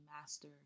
master